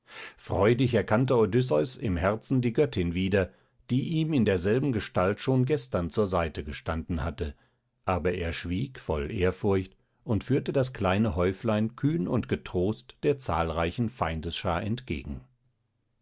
freudig erkannte odysseus im herzen die göttin wieder die ihm in derselben gestalt schon gestern zur seite gestanden hatte aber er schwieg voll ehrfurcht und führte das kleine häuflein kühn und getrost der zahlreichen feindesschar entgegen